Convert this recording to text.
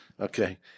Okay